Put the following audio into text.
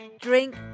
drink